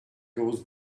goes